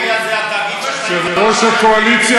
יושב-ראש הקואליציה,